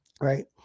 right